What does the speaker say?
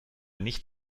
nicht